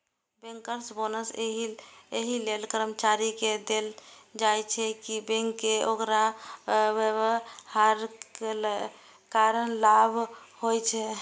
bankers bonus एहि लेल कर्मचारी कें देल जाइ छै, कि बैंक कें ओकर व्यवहारक कारण लाभ होइ छै